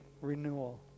renewal